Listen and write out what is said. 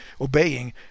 obeying